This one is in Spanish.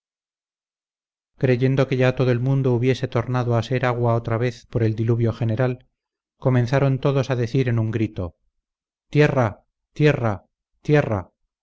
creyendo que ya todo el mundo hubiese tornado a ser agua otra vez por el diluvio general comenzaron todos a decir en un grito tierra tierra tierra